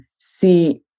see